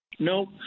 No